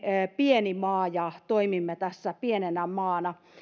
pieni maa ja toimimme tässä pienenä maana